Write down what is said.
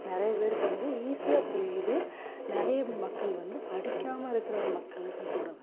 நிறைய பேருக்கு வந்து ஈஸியாக புரியுது நிறைய மக்கள் வந்து படிக்காமல் இருக்கிற மக்களுக்கும் கூட வந்து